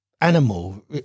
animal